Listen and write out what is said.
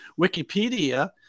Wikipedia